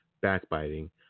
backbiting